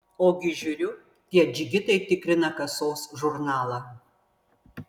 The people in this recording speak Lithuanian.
ogi žiūriu tie džigitai tikrina kasos žurnalą